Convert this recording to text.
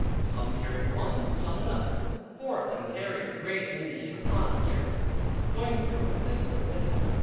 some carried one, and some another. four of them carried a great indian upon a bier but going through a thick wood with him,